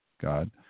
God